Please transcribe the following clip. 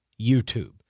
YouTube